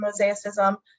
mosaicism